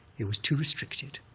it was too restricted,